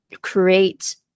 create